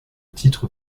titre